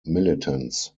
militants